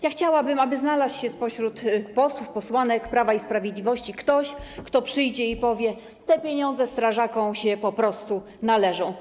Ja chciałabym, aby znalazł się spośród posłów, posłanek Prawa i Sprawiedliwości ktoś, kto przyjdzie i powie: te pieniądze strażakom się po prostu należą.